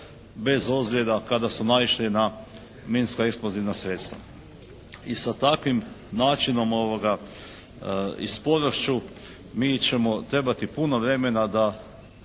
bez ozljeda kada su naišli na minska eksplozivna sredstva. I sa takvim načinom i sporošću mi ćemo trebati puno vremena da